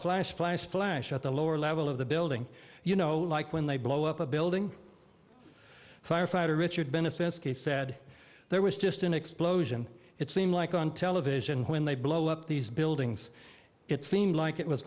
flash flash flash at the lower level of the building you know like when they blow up a building firefighter richard bennison s k said there was just an explosion it seemed like on television when they blow up these buildings it seemed like it was